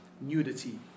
nudity